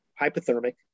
hypothermic